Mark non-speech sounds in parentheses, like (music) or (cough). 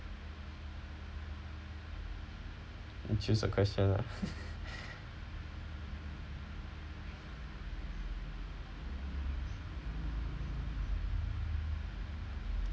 you choose a question lah (laughs)